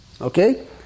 Okay